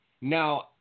Now